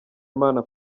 imana